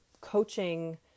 coaching